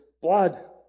blood